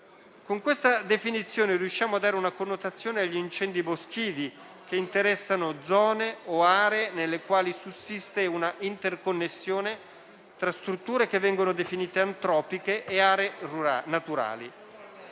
Con questa definizione riusciamo a dare una connotazione agli incendi boschivi che interessano zone o aree nelle quali sussiste una interconnessione tra strutture che vengono definite antropiche e aree naturali.